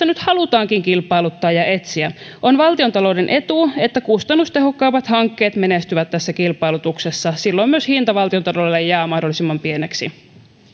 nyt halutaankin kilpailuttaa ja etsiä on valtiontalouden etu että kustannustehokkaimmat hankkeet menestyvät tässä kilpailutuksessa silloin myös hinta valtiontaloudelle jää mahdollisimman pieneksi